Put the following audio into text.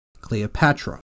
Cleopatra